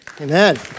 Amen